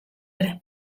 ere